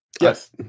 Yes